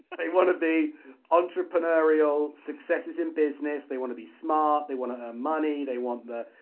they wanna be entrepreneurial, successes in business. they wanna be smart, they wanna earn money they want the,